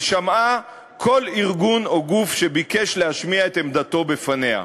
ושמעה כל ארגון וגוף שביקש להשמיע את עמדתו בפניה.